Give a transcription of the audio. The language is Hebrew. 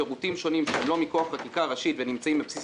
שירותים שונים שהם לא מכוח חקיקה ראשית ונמצאים בבסיס